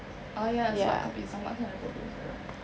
oh ya sebab kau punya stomach kan ada problem sekarang